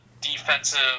defensive